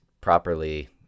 properly